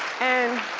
and